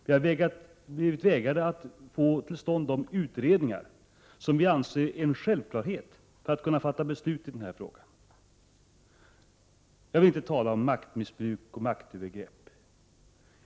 Vi har blivit vägrade att få till stånd de utredningar som vi anser vara en självklarhet för att kunna fatta beslut i denna fråga. Jag vill inte tala om maktmissbruk och maktövergrepp.